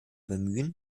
bemühen